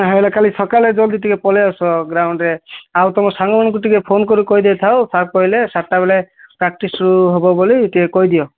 ହେଲେ କାଲି ସକାଳେ ଜଲ୍ଦି ଟିକେ ପଳାଇ ଆସ ଗ୍ରାଉଣ୍ଡ୍ରେ ଆଉ ତୁମ ସାଙ୍ଗମାନଙ୍କୁ ଟିକେ ଫୋନ୍ କରି କହିଦେଇଥାଅ ସାର୍ କହିଲେ ସାତଟା ବେଳେ ପ୍ରାକ୍ଟିସ୍ରୁ ହେବ ବୋଲି ଟିକେ କହିଦିଅ